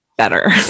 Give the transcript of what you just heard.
better